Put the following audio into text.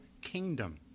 kingdom